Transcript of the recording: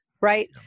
right